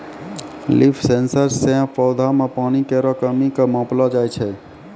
leaf sensor सें पौधा म पानी केरो कमी क मापलो जाय छै